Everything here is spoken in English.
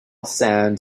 sand